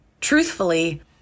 Truthfully